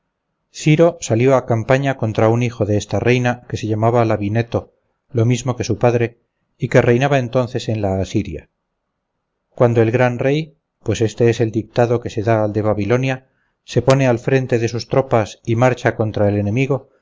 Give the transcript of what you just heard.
ciro salió a campaña contra un hijo de esta reina que se llamaba labyneto lo mismo que su padre y que reinaba entonces en la asiria cuando el gran rey pues este es el dictado que se da al de babilonia se pone al frente de sus tropas y marcha contra el enemigo